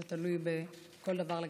זה תלוי בכל דבר לגופו.